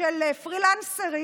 של פרילנסרים,